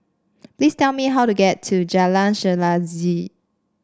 please tell me how to get to Jalan Chelagi